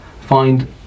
Find